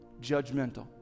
judgmental